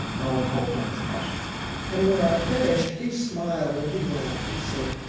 and olin told john as much and when i finished, he smiled and he laughed. he said,